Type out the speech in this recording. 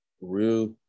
Real